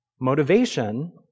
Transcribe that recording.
motivation